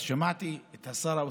אז שמעתי את שר האוצר,